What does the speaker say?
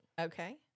okay